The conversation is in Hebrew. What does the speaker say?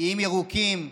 איים ירוקים.